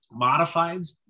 Modifieds